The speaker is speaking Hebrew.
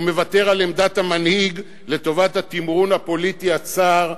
הוא מוותר על עמדת המנהיג לטובת התמרון הפוליטי הצר,